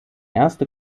erste